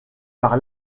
par